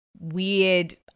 weird